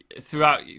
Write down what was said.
throughout